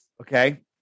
okay